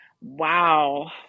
Wow